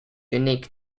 unique